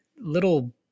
little